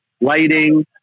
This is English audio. lighting